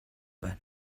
байна